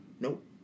Nope